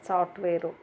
software